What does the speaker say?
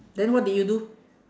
then what did you do